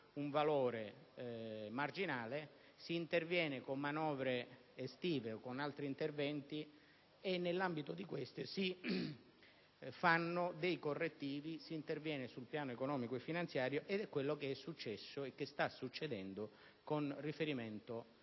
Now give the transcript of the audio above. un valore marginale: si interviene con manovre estive o con altri interventi e, nell'ambito di questi, si applicano dei correttivi, si interviene sul piano economico e finanziario. Ed è quello che è successo e sta succedendo con riferimento al